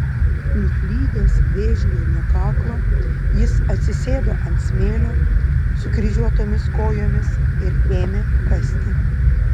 nuslydęs vėžliui nuo kaklo jis atsisėdo ant smėlio sukryžiuotomis kojomis ir ėmė kasti